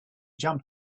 jump